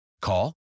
Call